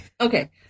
Okay